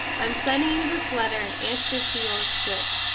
i am sending you this letter in anser to yours quick,